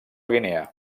guinea